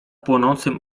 płonącym